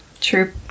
True